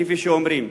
כפי שאומרים,